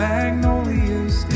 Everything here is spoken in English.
Magnolias